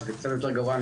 שזה קצת יותר גרוע,